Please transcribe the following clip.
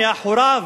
מאחוריו,